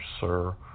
Sir